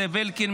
זאב אלקין,